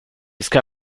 ska